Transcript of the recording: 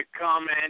comment